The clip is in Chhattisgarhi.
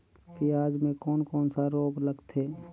पियाज मे कोन कोन सा रोग लगथे?